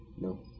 No